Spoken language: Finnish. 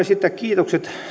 esittää kiitokset